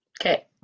Okay